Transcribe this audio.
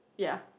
ya